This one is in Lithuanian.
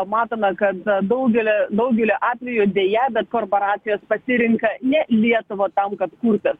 matome kad na daugelį daugelį atvejų deja bet korporacijos pasirinka ne lietuvą tam kad kurtis